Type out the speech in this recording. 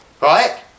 right